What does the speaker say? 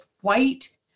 white